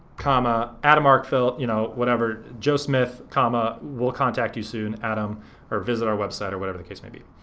comma, adam arkfeld you know whatever, joe smith, comma, will contact you soon adam or visit our website or whatever the case may be.